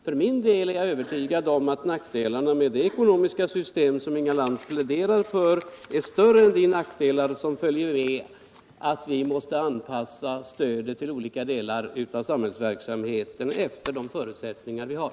För min del är jag övertygad om att nackdelarna med det ekonomiska system som Inga Lantz pläderar för är större än de nackdelar som följer av det förhållandet att vi måste anpassa stödet till olika delar av samhällsverksamheten efter de förutsättningar vi har.